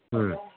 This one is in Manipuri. ꯎꯝ